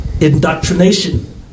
indoctrination